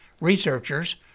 researchers